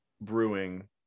brewing